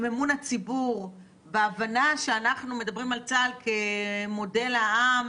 אמון הציבור בהבנה שאנחנו מדברים על צה"ל כמודל צבא העם,